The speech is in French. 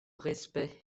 respect